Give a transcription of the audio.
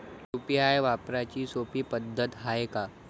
UPI वापराची सोपी पद्धत हाय का?